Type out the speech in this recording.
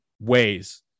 ways